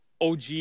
OG